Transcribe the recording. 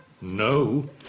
No